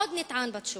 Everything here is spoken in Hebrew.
עוד נטען בתשובה,